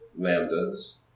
lambdas